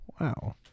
wow